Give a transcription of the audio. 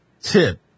tip